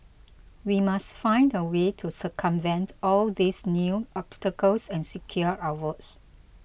we must find a way to circumvent all these new obstacles and secure our votes